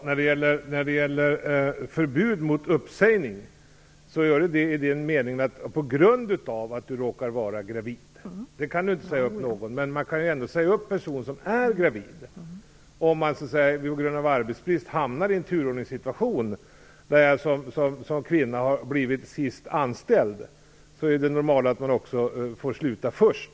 Herr talman! Förbudet mot uppsägning gäller förstås att man inte kan säga upp en kvinna på grund av att hon råkar vara gravid. Däremot kan man säga upp en kvinna som är gravid om denna kvinna är sist anställd och därmed står sist i turordningen vid uppsägning på grund av arbetsbrist. Det normala är att den som är sist anställd också får sluta först.